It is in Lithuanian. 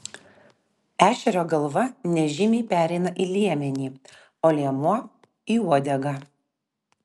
ešerio galva nežymiai pereina į liemenį o liemuo į uodegą